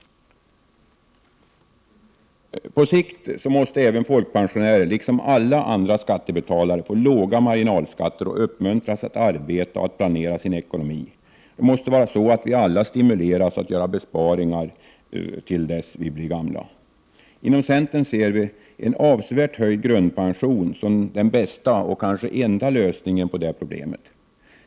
På sikt måste även folkpensionärer liksom alla andra skattebetalare få låga marginalskatter och uppmuntras att arbeta och att planera sin ekonomi. Det måste vara så att vi alla stimuleras att göra besparingar till dess vi blir gamla. Inom centern ser vi en avsevärt höjd grundpension som den bästa och kanske enda lösningen på detta problem.